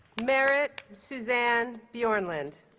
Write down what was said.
marit suzanne bjornlund